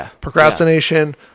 procrastination